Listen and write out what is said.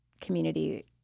community